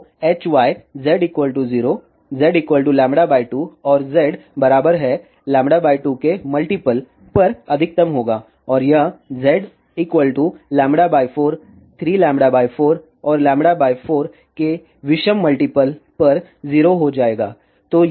तो Hy z 0 z λ2 और z बराबर है λ 2 के मल्टीपल पर अधिकतम होगा और यह z λ 4 3λ 4 और λ 4 की विषम मल्टीपल पर 0 हो जाएगा